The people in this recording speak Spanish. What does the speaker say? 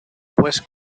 pues